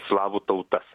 slavų tautas